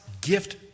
gift